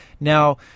Now